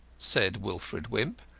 said wilfred wimp,